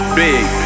big